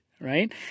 Right